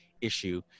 issue